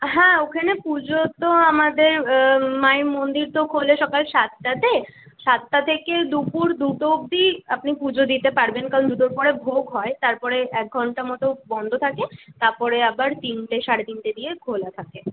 হ্যাঁ ওখানে পুজো তো আমাদের মায়ের মন্দির তো খোলে সকাল সাতটাতে সাতটা থেকে দুপুর দুটো অব্দি আপনি পুজো দিতে পারবেন কারণ দুটোর পরে ভোগ হয় তারপরে এক ঘন্টা মতো বন্ধ থাকে তারপরে আবার তিনটে সাড়ে তিনটে দিয়ে খোলা থাকে